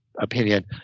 opinion